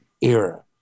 era